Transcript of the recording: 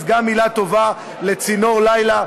אז מילה טובה גם ל"צינור לילה",